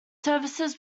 services